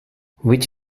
which